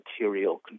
material